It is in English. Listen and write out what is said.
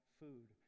food